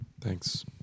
Thanks